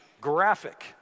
graphic